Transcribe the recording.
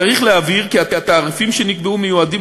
צריך להבהיר כי התעריפים שנקבעו מיועדים